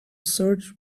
search